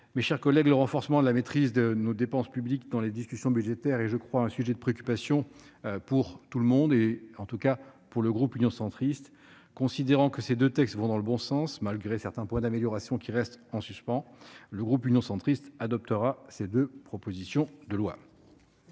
Mes chers collègues, le renforcement de la maîtrise de nos dépenses publiques dans les discussions budgétaires est un sujet de préoccupation pour tout le monde- en tout cas pour les membres du groupe Union Centriste. Considérant que ces deux textes vont dans le bon sens, et malgré certains points d'amélioration restant en suspens, ceux-ci voteront pour l'adoption de ces deux propositions de loi.